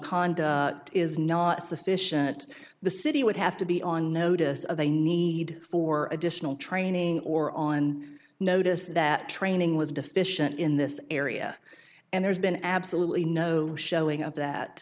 cond is not sufficient the city would have to be on notice of a need for additional training or on notice that training was deficient in this area and there's been absolutely no showing of that